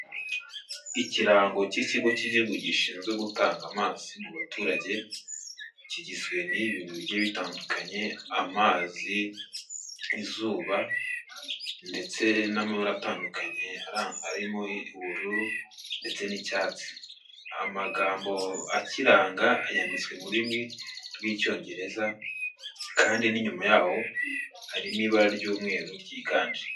Ikirango cy'ikigo cy'igihugu gishinzwe gutanga amazi ku muturage, kigizwe n'ibintu bigiye bitandukanye amazi, izuba ndetse n'amabara atandukanye arimo ubururu ndetse n'icyatsi. Amagambo akiranga, yanditswe mu rurimi rw'Icyongereza kandi n'inyuma yaho harimo ibara ry'umweru ryiganje.